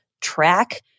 track